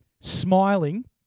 smiling